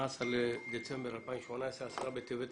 18 בדצמבר 2018, י' בטבת תשע"ט.